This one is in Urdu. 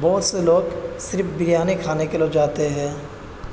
بہت سے لوگ صرف بریانی کھانے کے لیے جاتے ہے